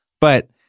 But-